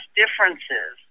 differences